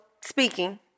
speaking